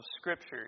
Scripture